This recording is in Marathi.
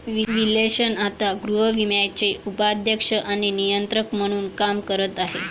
विल्सन आता गृहविम्याचे उपाध्यक्ष आणि नियंत्रक म्हणून काम करत आहेत